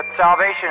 salvation